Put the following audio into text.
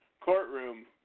courtroom